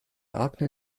akne